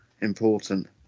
important